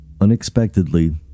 Unexpectedly